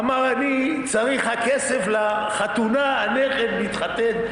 אמר: אני צריך הכסף לחתונה, הנכד מתחתן.